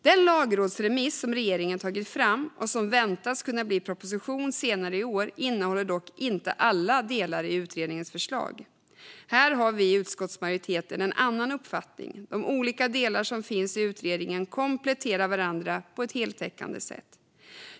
Den lagrådsremiss som regeringen har tagit fram och som väntas kunna bli en proposition senare i år innehåller dock inte alla delar i utredningens förslag. Här har vi i utskottsmajoriteten en annan uppfattning. De olika delar som finns i utredningen kompletterar varandra på ett heltäckande sätt.